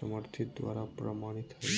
समर्थित द्वारा प्रमाणित हइ